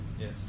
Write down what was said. Yes